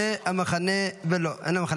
אין המחנה הממלכתי.